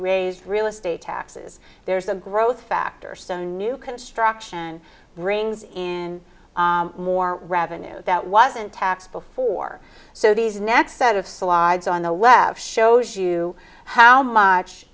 raise real estate taxes there's a growth factor so new construction brings in more revenue that wasn't taxed before so these next set of slides on the left shows you how much